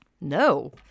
No